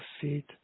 feet